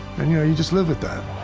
and, you know, you just live with that.